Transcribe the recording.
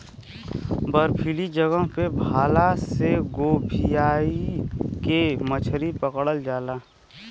बर्फीली जगह पे भाला से गोभीयाई के मछरी पकड़ल जाला